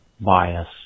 bias